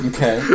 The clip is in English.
Okay